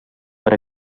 per